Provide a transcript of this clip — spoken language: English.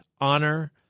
honor